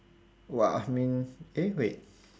!wah! I mean eh wait